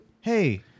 Hey